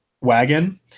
Wagon